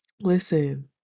listen